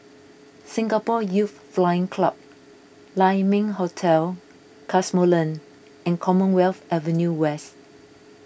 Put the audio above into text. Singapore Youth Flying Club Lai Ming Hotel Cosmoland and Commonwealth Avenue West